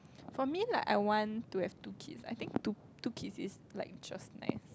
for me like I want to have two kids I think two two kids is like just nice